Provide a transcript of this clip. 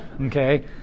Okay